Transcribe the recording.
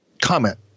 comment